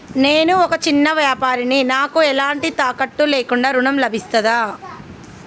నేను ఒక చిన్న వ్యాపారిని నాకు ఎలాంటి తాకట్టు లేకుండా ఋణం లభిస్తదా?